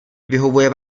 vyhovuje